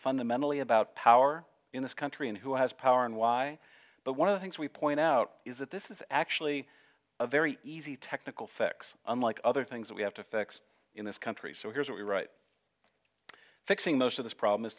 fundamentally about power in this country and who has power and why but one of the things we point out is that this is actually a very easy technical fix unlike other things that we have to fix in this country so here's what you write fixing most of this problem is